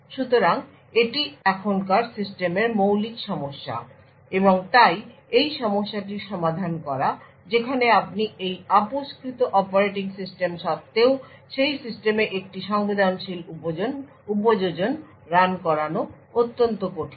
সুতরাং এটি এখনকার সিস্টেমের মৌলিক সমস্যা এবং তাই এই সমস্যাটির সমাধান করা যেখানে আপনি একটি আপোসকৃত অপারেটিং সিস্টেম সত্ত্বেও সেই সিস্টেমে একটি সংবেদনশীল উপযোজন রান করানো অত্যন্ত কঠিন